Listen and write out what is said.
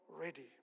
ready